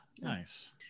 nice